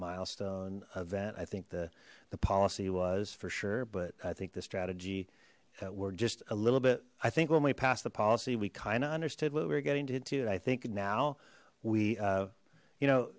milestone event i think the the policy was for sure but i think the strategy we're just a little bit i think when we passed the policy we kind of understood what we're getting to it i think now we you know